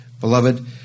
Beloved